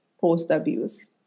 post-abuse